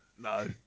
No